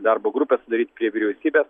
darbo grupę sudaryt prie vyriausybės